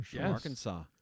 Arkansas